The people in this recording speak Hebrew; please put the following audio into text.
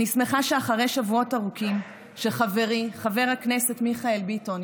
אני שמחה שאחרי שבועות ארוכים שחברי חבר הכנסת מיכאל ביטון,